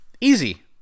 Easy